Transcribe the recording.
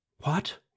What